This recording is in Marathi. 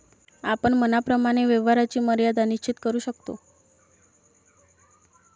आपण मनाप्रमाणे व्यवहाराची मर्यादा निश्चित करू शकतो